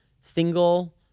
single